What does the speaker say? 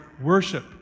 worship